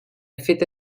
feta